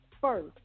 first